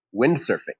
windsurfing